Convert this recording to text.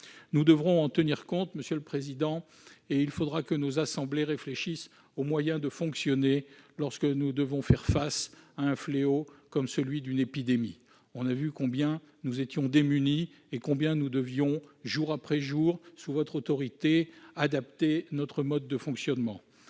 Nous devrons en tenir compte, monsieur le président : il faudra que nos assemblées réfléchissent aux moyens de poursuivre leurs activités lorsque nous avons à faire face à un fléau comme celui d'une épidémie. On a vu combien nous étions démunis et devions, jour après jour, sous votre autorité, adapter notre mode de fonctionnement.